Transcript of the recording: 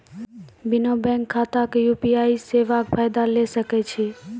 बिना बैंक खाताक यु.पी.आई सेवाक फायदा ले सकै छी?